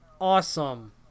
awesome